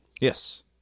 yes